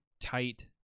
tight